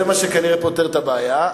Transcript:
זה מה שכנראה פותר את הבעיה.